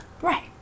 Right